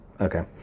Okay